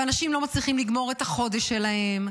ואנשים לא מצליחים לגמור את החודש שלהם,